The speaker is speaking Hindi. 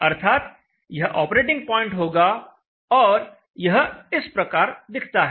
अर्थात यह ऑपरेटिंग पॉइंट होगा और यह इस प्रकार दिखता है